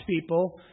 people